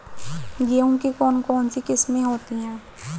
गेहूँ की कौन कौनसी किस्में होती है?